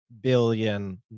billion